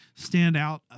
standout